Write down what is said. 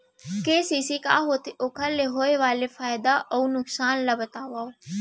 KCC का होथे, ओखर ले होय वाले फायदा अऊ नुकसान ला बतावव?